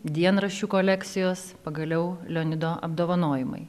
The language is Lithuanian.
dienraščių kolekcijos pagaliau leonido apdovanojimai